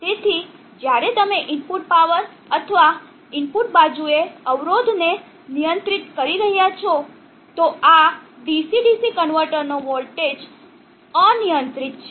તેથી જ્યારે તમે ઇનપુટ પાવર અથવા ઇનપુટ બાજુએ અવરોધને નિયંત્રિત કરી રહ્યાં છો તો આ DC DC કન્વર્ટરનો વોલ્ટેજ અનિયંત્રિત છે